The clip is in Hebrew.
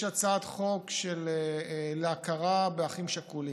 יש הצעת חוק להכרה באחים שכולים.